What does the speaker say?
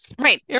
right